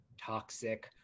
toxic